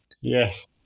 Yes